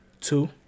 two